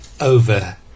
Over